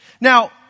Now